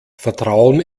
vertrauen